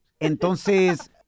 Entonces